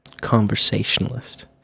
conversationalist